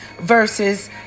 versus